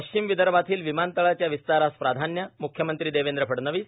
पश्चिम विर्भातील विमानतळाच्या विस्तारास प्राधान्य म्ख्यमंत्री देवेंद्र फडणवीस